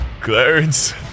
Clarence